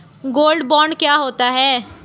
Gold bond क्या होता है?